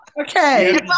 Okay